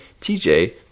TJ